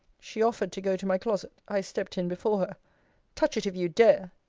she offered to go to my closet i stept in before her touch it, if you dare.